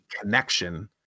connection